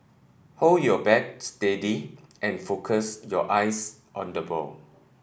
hold your bat steady and focus your eyes on the ball